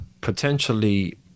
potentially